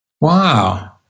Wow